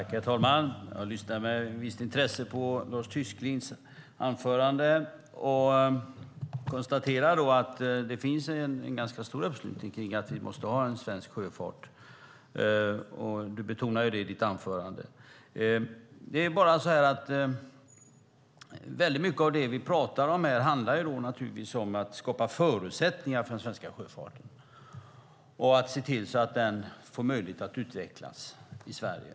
Herr talman! Jag lyssnade med visst intresse på Lars Tysklinds anförande och konstaterar att det finns en ganska stor uppslutning kring att vi måste ha en svensk sjöfart. Lars Tysklind betonar det i sitt anförande. Det är bara det att väldigt mycket av det vi pratar om här handlar om att skapa förutsättningar för den svenska sjöfarten så att den får möjlighet att utvecklas i Sverige.